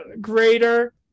greater